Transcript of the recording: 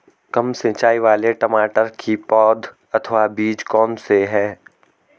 कम सिंचाई वाले टमाटर की पौध अथवा बीज कौन से हैं?